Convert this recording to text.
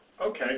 Okay